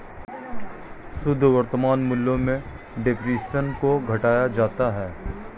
शुद्ध वर्तमान मूल्य में डेप्रिसिएशन को घटाया जाता है